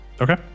Okay